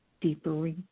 Deeper